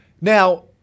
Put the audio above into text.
Now